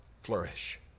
flourish